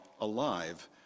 alive